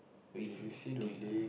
we doing ah